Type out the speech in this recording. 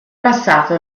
passato